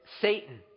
Satan